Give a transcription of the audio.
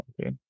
Okay